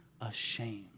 ashamed